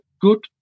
good